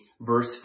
verse